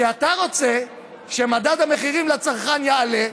כי אתה רוצה שמדד המחירים לצרכן יעלה,